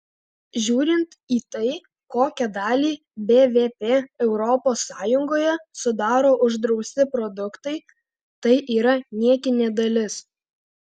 žiūrint į tai kokią dalį bvp europos sąjungoje sudaro uždrausti produktai tai yra niekinė dalis